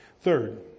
Third